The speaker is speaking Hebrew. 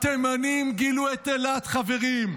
התימנים גילו את אילת, חברים.